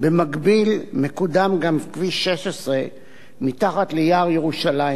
במקביל מקודם גם כביש 16 מתחת ליער ירושלים,